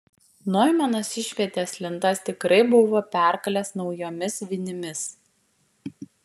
noimanas išvietės lentas tikrai buvo perkalęs naujomis vinimis